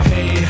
Hey